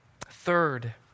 Third